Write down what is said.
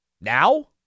Now